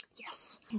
Yes